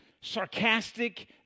sarcastic